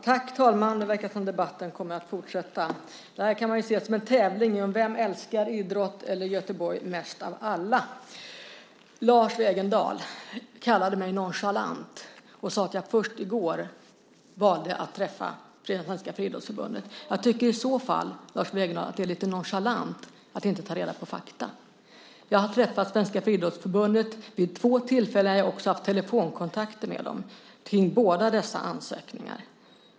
Herr talman! Det ser ut som att debatten kommer att fortsätta efter uppehållet strax. Det här kan man se som en tävling i vem som mest av alla älskar idrott och Göteborg. Lars Wegendal kallade mig nonchalant och sade att jag först i går valde att träffa Svenska Friidrottsförbundet. I så fall är det, Lars Wegendal, lite nonchalant att inte ta reda på fakta. Jag har träffat Svenska Friidrottsförbundet vid två tillfällen. Jag har också haft telefonkontakter med dem om båda dessa ansökningar.